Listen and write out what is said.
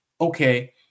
okay